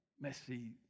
messy